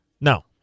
No